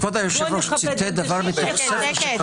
כבוד היושב-ראש ציטט דבר מספר שכתבתי.